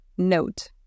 Note